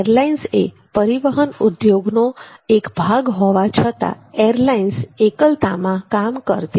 airlines એ પરિવહન ઉદ્યોગનો એક ભાગ હોવા છતાં એરલાઇન્સ એકલતામાં કામ નથી કરતી